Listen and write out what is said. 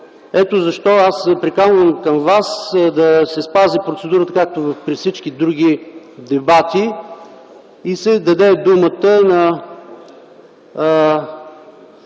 Ето защо аз Ви приканвам да се спази процедурата, както при всички други дебати, и се даде думата на